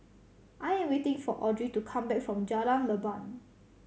I am waiting for Audrey to come back from Jalan Leban